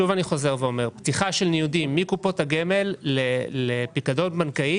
אני שוב חוזר ואומר: פתיחה של ניודים מקופות הגמל לפיקדון בנקאי